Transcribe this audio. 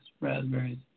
raspberries